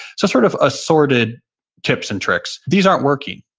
some sort of assorted tips and tricks these aren't working.